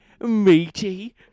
meaty